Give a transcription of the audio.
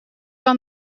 aan